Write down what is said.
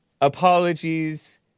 Apologies